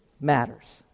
matters